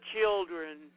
Children